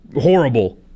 horrible